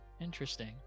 Interesting